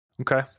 Okay